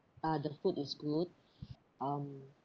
ah the food is good um